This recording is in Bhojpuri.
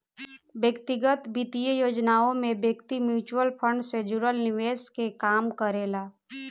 व्यक्तिगत वित्तीय योजनाओं में व्यक्ति म्यूचुअल फंड से जुड़ल निवेश के काम करेला